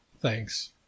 Thanks